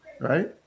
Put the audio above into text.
right